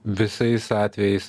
visais atvejais